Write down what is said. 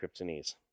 Kryptonese